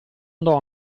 andò